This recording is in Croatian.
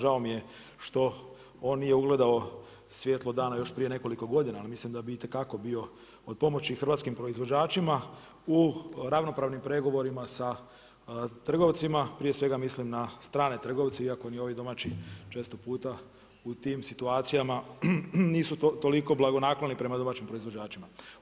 Žao mi je što on nije ugledao svjetlo dana još prije nekoliko godina jer mislim da bi itekako bio od pomoći hrvatskim proizvođačima u ravnopravnim pregovorima sa trgovcima, prije svega mislim na strane trgovce iako ni ovi domaći često puta u tim situacijama nisu toliko blagonakloni prema domaćim proizvođačima.